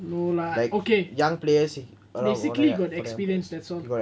no lah okay basically got the experience that's all